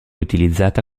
utilizzata